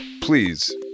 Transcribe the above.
please